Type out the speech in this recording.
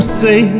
say